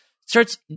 starts